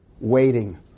Waiting